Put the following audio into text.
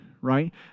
right